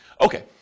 Okay